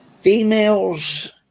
females